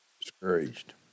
discouraged